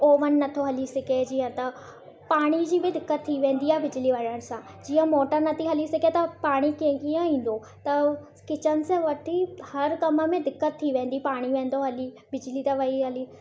oven न थो हली सघे जीअं त पाणी जी बि दिक़त थी वेंदी आहे बिजली वञण सां जीअं मोटर न थी हली सघे त पाणी के कीअं ईंदो त किचिन सां वठी हरु कमु में दिक़त थी वेंदी पाणी वेंदो हली बिजली त वई हली त